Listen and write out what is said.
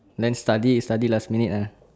then study study last minute ah